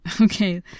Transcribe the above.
okay